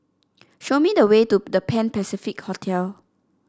show me the way to The Pan Pacific Hotel